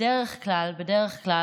בדרך כלל, בדרך כלל,